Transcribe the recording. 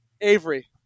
Avery